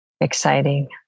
exciting